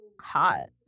hot